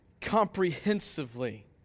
comprehensively